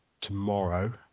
tomorrow